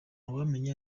wamenya